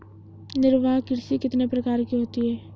निर्वाह कृषि कितने प्रकार की होती हैं?